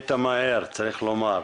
נענית מהר, צריך לומר,